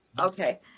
okay